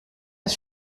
das